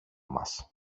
μας